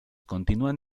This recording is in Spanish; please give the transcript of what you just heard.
continúan